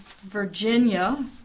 Virginia